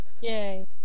Yay